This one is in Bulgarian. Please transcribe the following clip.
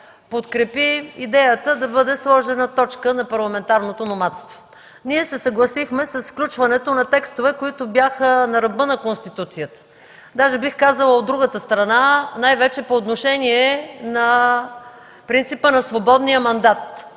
подкрепи идеята да бъде сложена точка на парламентарното номадство. Ние се съгласихме с включването на текстове, които бяха на ръба на Конституцията, даже бих казала от другата страна, най-вече по отношение на принципа на свободния мандат,